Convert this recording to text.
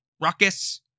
Ruckus